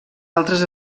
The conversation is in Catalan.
altres